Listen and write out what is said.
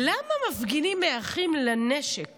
למה מפגינים מאחים לנשק